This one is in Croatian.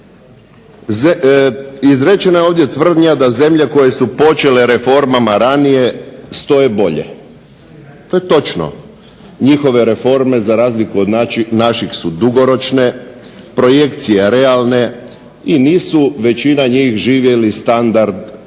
Izrečena je ovdje tvrdnja da zemlje koje su počele s reformama ranije stoje bolje. To je točno, njihove reforme za razliku od naših su dugoročne, projekcije realne i nisu većina njih živjeli standard